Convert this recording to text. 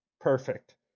Perfect